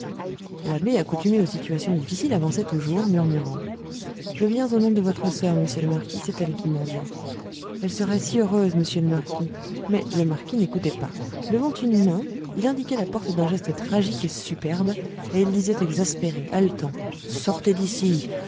l'abbé accoutumé aux situations difficiles avançait toujours murmurant je viens au nom de votre soeur monsieur le marquis c'est elle qui m'envoie elle serait si heureuse monsieur le marquis mais le marquis n'écoutait pas levant une main il indiquait la porte d'un geste tragique et superbe et il disait exaspéré haletant sortez d'ici sortez d'ici